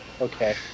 okay